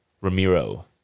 Ramiro